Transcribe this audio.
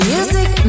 Music